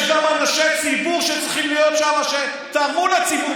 יש גם אנשי ציבור שצריכים להיות שם, שתרמו לציבור